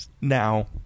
Now